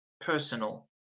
personal